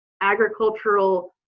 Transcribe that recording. agricultural